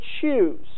choose